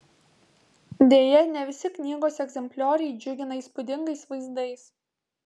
deja ne visi knygos egzemplioriai džiugina įspūdingais vaizdais